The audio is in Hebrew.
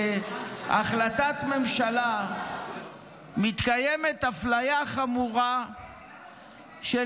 שבהחלטת ממשלה מתקיימת אפליה חמורה של